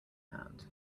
hand